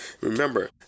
Remember